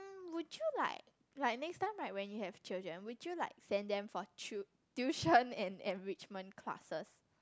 would you like like next time right when you have children would you like send them for tui~ tuition and enrichment classes